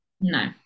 no